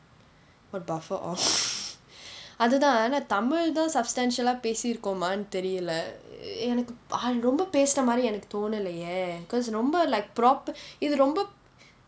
what buffer oh அது தான் ஆனா தமிழ் தான்:athu thaan aanaa tamil thaan substantial ah பேசிருக்கோமா தெரியில்லே எனக்கு ரொம்ப பேசுன மாதிரி தோணலையே:pesirukkomaa theriyillae enakku romba pesuna maathiri thonalaiye because ரொம்ப:romba like proper இது ரொம்ப:ithu romba